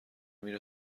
میره